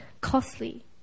costly